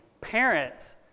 parents